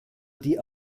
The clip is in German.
die